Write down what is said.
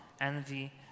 envy